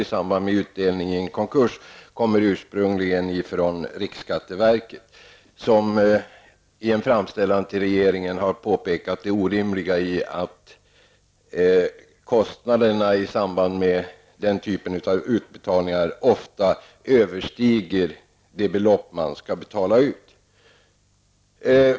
i samband med utdelningen vid en konkurs kommer ursprungligen från riksskatteverket, som i en framställan till regeringen har påpekat det orimliga i att kostnaderna vid den typen av utbetalningar ofta överstiger det belopp som skall betalas ut.